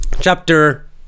Chapter